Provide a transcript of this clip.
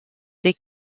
des